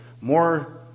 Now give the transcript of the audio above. more